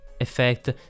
effect